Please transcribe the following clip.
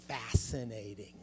fascinating